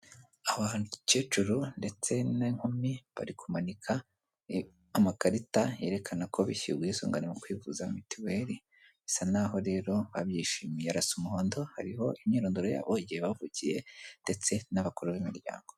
Abakecuru ndetse n'inkumi bari kumanika amakarita yerekana ko bishyuye ubwisungane mu kwivuza mitiweli bisa n'aho rero babyishimiye, arasa umuhondo, hariho imyirondoro y'abo, igihe bavukiye ndetse n'abakuru b'imiryango.